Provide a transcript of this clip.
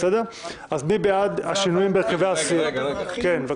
מי בעד השינויים בהרכבי הסיעות?